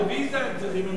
הם צריכים ויזה.